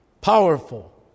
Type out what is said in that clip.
powerful